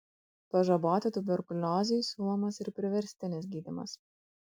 pažaboti tuberkuliozei siūlomas ir priverstinis gydymas